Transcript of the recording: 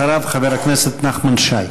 אחריו, חבר הכנסת נחמן שי.